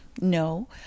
no